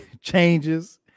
changes